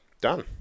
Done